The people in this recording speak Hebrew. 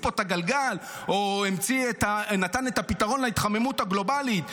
פה את הגלגל או נתן את הפתרון להתחממות הגלובלית,